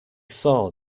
saw